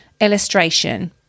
illustration